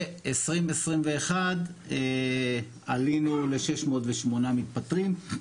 ו-2021 עלינו ל-608 מתפטרים.